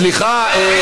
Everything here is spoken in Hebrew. סליחה,